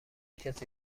کسی